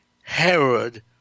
Herod